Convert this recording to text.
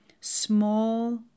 small